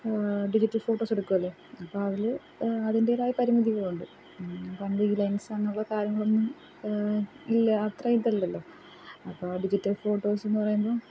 digital ഫോട്ടോസെടുക്കുമല്ലോ അപ്പം അതിൽ അതിന്റേതായ പരിമിതികളുണ്ട് പണ്ട് ഈ ലെൻസ് അങ്ങനെയുള്ള കാര്യങ്ങളൊന്നും ഇല്ല അത്രയും ഇതല്ലല്ലോ അപ്പോൾ ഡിജിറ്റൽ ഫോട്ടോസെന്ന് പറയുമ്പം